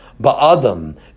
ba'Adam